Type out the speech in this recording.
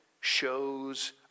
shows